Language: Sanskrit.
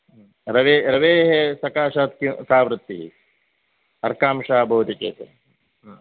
रवेः रवेः सकाशात् का वृत्तिः अर्कांशः भवति चेत्